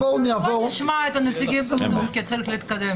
דת יהודיים): בואו נשמע את הנציגים בזום כי צריך להתקדם.